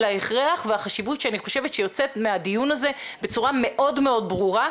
והחשיבות שאני חושבת שיוצאת מהדיון הזה בצורה מאוד מאוד ברורה,